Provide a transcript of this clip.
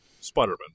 Spider-Man